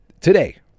today